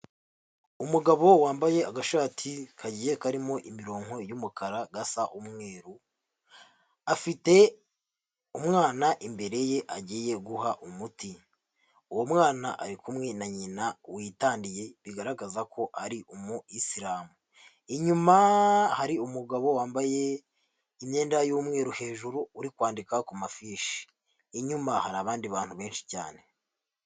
Umugabo wambaye agashati kagiye karimo imirongo y'umukara gasa umweru, afite umwana imbere ye agiye guha umuti, uwo mwana ari kumwe na nyina witandiye bigaragaza ko ari umu Isilamu. Inyuma hari umugabo wambaye imyenda y'umweru hejuru uri kwandika ku mafishi, inyuma hari abandi bantu benshi cyane.